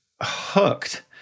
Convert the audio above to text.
hooked